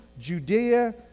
Judea